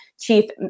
chief